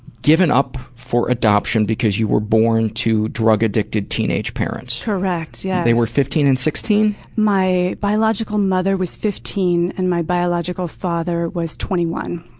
given up for adoption because you were born to drug-addicted teenage parents. correct, yes. yeah they were fifteen and sixteen? my biological mother was fifteen, and my biological father was twenty one.